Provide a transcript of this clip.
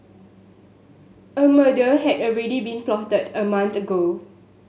a murder had already been plotted a month ago